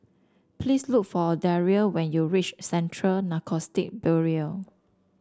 please look for Daria when you reach Central Narcotics Bureau